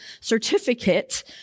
certificate